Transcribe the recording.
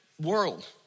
world